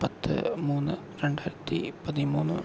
പത്ത് മൂന്ന് രണ്ടായിരത്തിപ്പതിമൂന്ന്